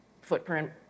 footprint